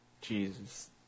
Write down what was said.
Jesus